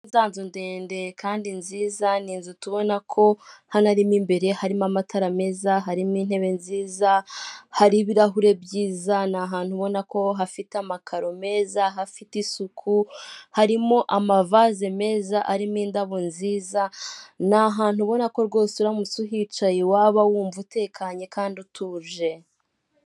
Za nzu ndende kandi nziza, ni inzu tubona ko hano iri mo imbere, harimo amatara meza, harimo intebe nziza, hari ibirahuri byiza, ni ahantu ubona ko hafite amakaro meza, hafite isuku, harimo amavazi meza arimo indabo nziza, ni ahantu ubona ko rwose uramutse uhicaye waba wumva utekanye kandi utuje.